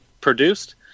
produced